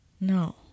No